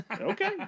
Okay